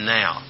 now